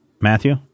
Matthew